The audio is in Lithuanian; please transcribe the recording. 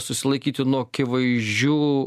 susilaikyti nuo akivaizdžių